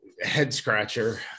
head-scratcher